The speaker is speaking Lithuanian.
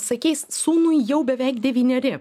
sakei sūnui jau beveik devyneri